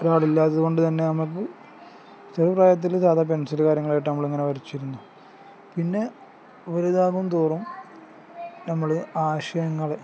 ഒരാളില്ല അതുകൊണ്ട് തന്നെ നമുക്ക് ചെറു പ്രായത്തിൽ സാധാ പെൻസില് കാര്യങ്ങളായിട്ട് നമ്മളിങ്ങനെ വരച്ചിരുന്നു പിന്നെ ഒരു ഇതാകും തോറും നമ്മൾ ആശയങ്ങളെ